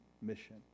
mission